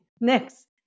next